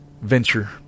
venture